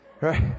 right